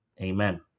Amen